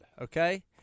okay